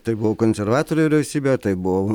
tai buvo konservatorių vyriausybė tai buvo